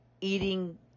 eating